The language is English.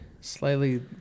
Slightly